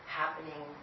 happening